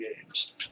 games